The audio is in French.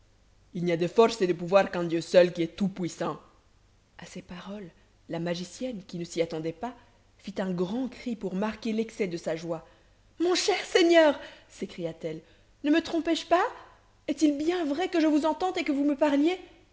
il n'y a de force et de pouvoir qu'en dieu seul qui est tout-puissant à ces paroles la magicienne qui ne s'y attendait pas fit un grand cri pour marquer l'excès de sa joie mon cher seigneur s'écria-t-elle ne me trompé je pas est-il bien vrai que je vous entende et que vous me parliez